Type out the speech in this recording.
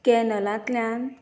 कॅनलांतल्यान